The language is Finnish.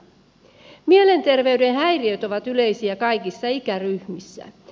mielenterveyden häiriöt ovat yleisiä kaikissa ikäryhmissä